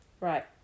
Right